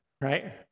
right